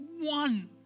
One